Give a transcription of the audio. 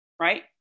right